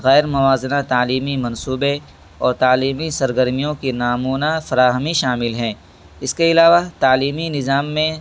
غیر موازنہ تعلیمی منصوبے اور تعلیمی سرگرمیوں کی نامونہ فراہمی شامل ہیں اس کے علاوہ تعلیمی نظام میں